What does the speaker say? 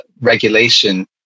regulation